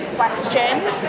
questions